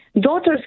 daughters